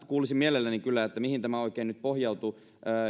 kuulisin mielelläni kyllä mihin tämä oikein nyt pohjautuu